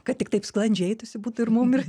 kad tik taip sklandžiai eitųsi būtų ir mum ir